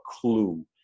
clue